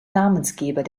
namensgeber